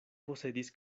posedis